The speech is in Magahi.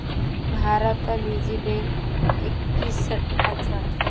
भारतत निजी बैंक इक्कीसटा छ